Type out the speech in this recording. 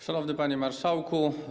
Szanowny Panie Marszałku!